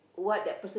what that person